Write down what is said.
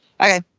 Okay